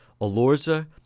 alorza